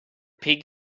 pig